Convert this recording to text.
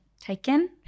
taken